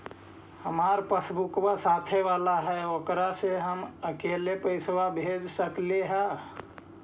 हमार पासबुकवा साथे वाला है ओकरा से हम अकेले पैसावा भेज सकलेहा?